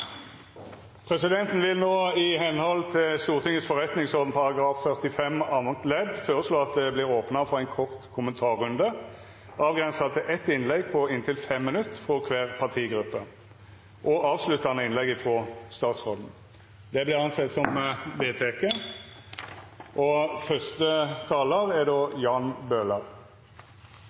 Presidenten vil med heimel i Stortingets forretningsorden § 45 andre ledd føreslå at det vert opna for ein kort kommentarrunde avgrensa til eitt innlegg på inntil 5 minutt frå kvar partigruppe, og avsluttande innlegg frå statsråden. – Det er vedteke. Det er bra og